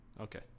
Okay